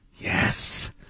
Yes